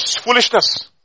foolishness